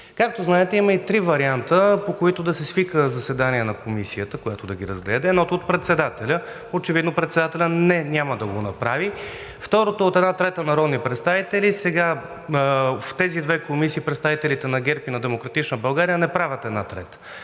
Както знаете, има и три варианта, по които да се свика заседание на Комисията, която да ги разгледа. Единият е от председателя. Очевидно председателят – не, няма да го направи. Вторият е от една трета народни представители – в тези две комисии представителите на ГЕРБ и „Демократична България“ не правят една трета.